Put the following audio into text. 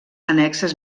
annexes